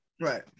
Right